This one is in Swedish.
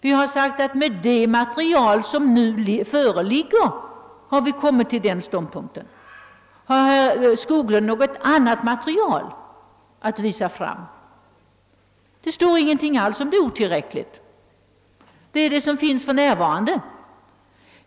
Vi har sagt, att med det material, som nu föreligger har vi kommit till vår ståndpunkt. Har herr Skoglund något annat material att visa fram?